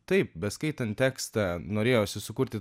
taip beskaitant tekstą norėjosi sukurti